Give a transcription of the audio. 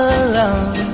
alone